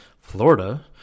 Florida